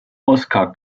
oscar